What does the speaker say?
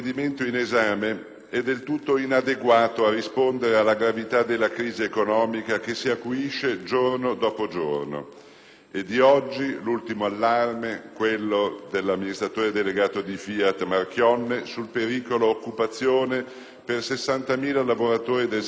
è del tutto inadeguato a rispondere alla gravità della crisi economica che si acuisce giorno dopo giorno. È di oggi l'ultimo allarme, quello dell'amministratore delegato di FIAT Marchionne, sul pericolo occupazione per 60.000 lavoratori del settore auto.